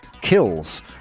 kills